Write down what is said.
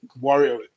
Warrior